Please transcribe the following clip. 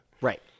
Right